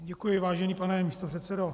Děkuji, vážený pane místopředsedo.